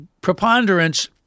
preponderance